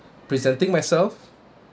presenting myself